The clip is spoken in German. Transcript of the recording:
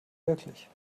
wirklich